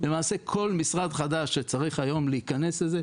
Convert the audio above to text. למעשה כל משרד חדש שצריך היום להכנס לזה,